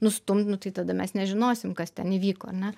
nustumt nu tai tada mes nežinosim kas ten įvyko ar ne